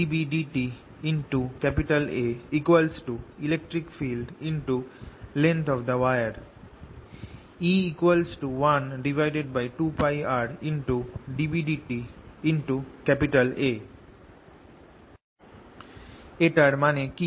emf dBdtA electric field× E 12πrdBdtA এটার মানে কি